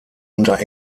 unter